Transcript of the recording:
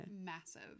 massive